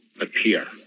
appear